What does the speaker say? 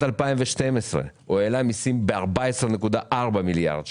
2012 הוא העלה מסים ב-14.4 מיליארד שקל,